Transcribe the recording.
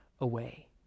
away